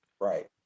Right